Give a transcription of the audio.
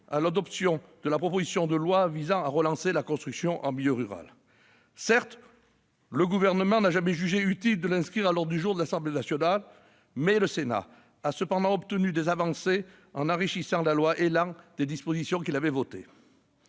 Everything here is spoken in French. à l'adoption de la proposition de loi visant à relancer la construction en milieu rural. Le Gouvernement n'a jamais jugé utile de l'inscrire à l'ordre du jour de l'Assemblée nationale, mais le Sénat a obtenu des avancées en enrichissant la loi portant évolution du logement,